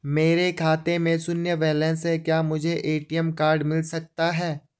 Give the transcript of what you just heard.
मेरे खाते में शून्य बैलेंस है क्या मुझे ए.टी.एम कार्ड मिल सकता है?